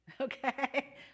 Okay